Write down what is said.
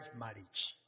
marriage